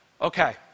Okay